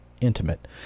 intimate